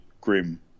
grim